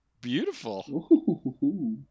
Beautiful